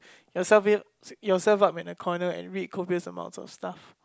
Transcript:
yourself yourself up at a corner and read copious of stuff